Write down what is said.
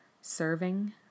serving